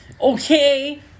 Okay